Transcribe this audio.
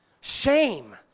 Shame